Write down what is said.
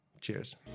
Cheers